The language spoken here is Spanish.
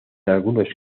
algunos